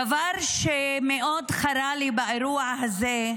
דבר שמאוד חרה לי באירוע הזה,